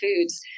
foods